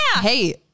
Hey